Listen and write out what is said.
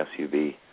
SUV